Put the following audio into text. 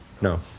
No